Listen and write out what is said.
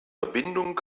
verbindung